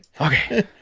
Okay